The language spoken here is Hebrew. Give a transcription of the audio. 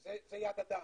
זה יד אדם.